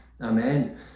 Amen